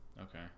Okay